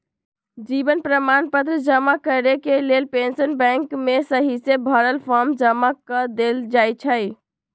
जीवन प्रमाण पत्र जमा करेके लेल पेंशन बैंक में सहिसे भरल फॉर्म जमा कऽ देल जाइ छइ